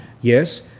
Yes